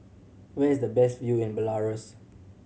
where is the best view in Belarus